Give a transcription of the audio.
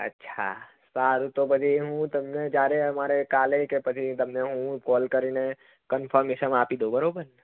અચ્છા સારું તો પછી હું જ્યારે અમારે કાલે કે પછી તમને હું કોલ કરીને કન્ફમેશન આપી દઉં બરાબર